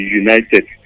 united